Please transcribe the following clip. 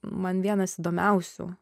man vienas įdomiausių